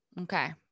Okay